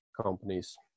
companies